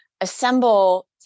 assemble